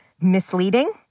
misleading